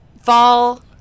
fall